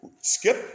Skip